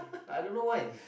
I don't know why